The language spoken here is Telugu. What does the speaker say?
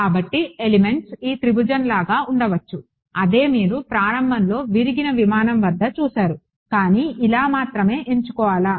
కాబట్టి ఎలిమెంట్స్ ఈ త్రిభుజం లాగా ఉండవచ్చు అదే మీరు ప్రారంభంలో విరిగిన విమానం వద్ద చూశారు కానీ ఇలా మాత్రమే ఎంచుకోవాలా